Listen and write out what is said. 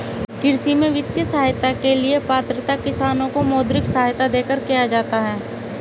कृषि में वित्तीय सहायता के लिए पात्रता किसानों को मौद्रिक सहायता देकर किया जाता है